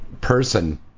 person